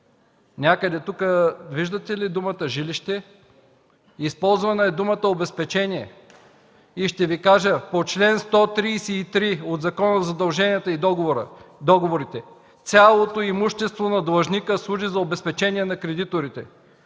Някъде тук виждате ли думата „жилище”? Използвана е думата „обезпечение” и ще Ви кажа: по чл. 133 от Закона за задълженията и договорите цялото имущество на длъжника служи за обезпечение на кредиторите.